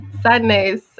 sadness